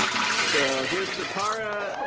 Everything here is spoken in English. so here is to tara,